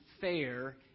fair